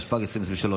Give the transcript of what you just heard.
התשפ"ג 2023,